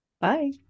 Bye